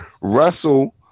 Russell